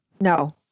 No